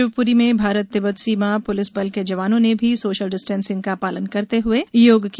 शिवपुरी में भारत तिब्बत सीमा पुलिस बल के जवानो ने भी सोशल डिस्टेंसिग का पालन करते हुए योग किया